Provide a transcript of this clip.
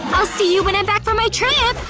i'll see you when i'm back from my trip.